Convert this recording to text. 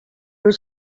was